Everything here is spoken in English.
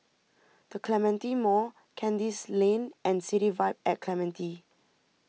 the Clementi Mall Kandis Lane and City Vibe at Clementi